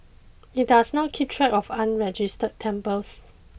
it does not keep track of unregistered temples